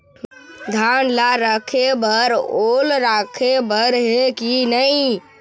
धान ला रखे बर ओल राखे बर हे कि नई?